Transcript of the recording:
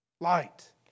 Light